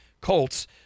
Colts